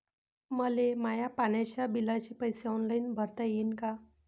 मले माया पाण्याच्या बिलाचे पैसे ऑनलाईन भरता येईन का?